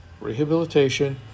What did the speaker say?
rehabilitation